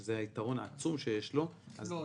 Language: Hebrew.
שזה היתרון העצום שיש לו -- לא,